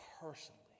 personally